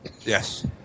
Yes